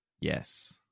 Yes